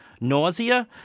Nausea